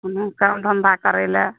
काज धंधा करै लऽ